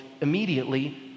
immediately